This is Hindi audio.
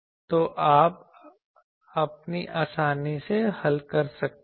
तो अब आप आसानी से हल कर सकते हैं